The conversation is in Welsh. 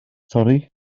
sori